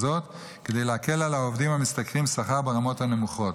זאת כדי להקל על העובדים המשתכרים שכר ברמות הנמוכות.